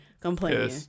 complaining